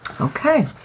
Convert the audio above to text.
Okay